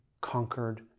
conquered